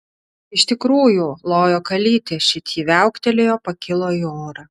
iš tikrųjų lojo kalytė šit ji viauktelėjo pakilo į orą